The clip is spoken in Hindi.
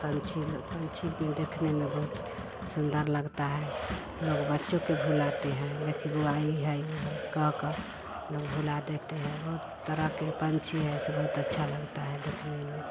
पंछी ल पंछी देखने में बहुत सुन्दर लगता है लोग बच्चों को भुलाते हैं देख बोआ इ है वो है काऊ काऊ लोग भुला देते हैं बहुत तरह के पंछी हैं ऐसे बहुत अच्छा लगता है देखने में